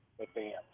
advanced